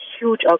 huge